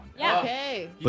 Okay